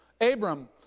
Abram